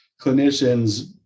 clinicians